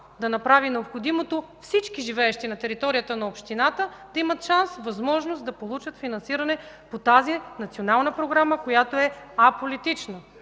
да направи необходимото всички живеещи на територията на общината да имат шанс, възможност да получат финансиране по тази Национална програма, която е аполитична.